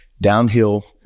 downhill